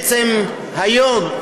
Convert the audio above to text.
היום,